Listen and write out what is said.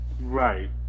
Right